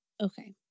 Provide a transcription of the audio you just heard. Okay